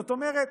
זאת אומרת,